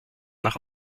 nach